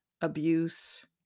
abuse